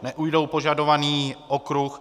Neujdou požadovaný okruh.